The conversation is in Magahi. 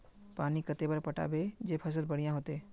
पानी कते बार पटाबे जे फसल बढ़िया होते?